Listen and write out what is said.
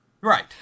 Right